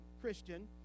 Christian